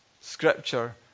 Scripture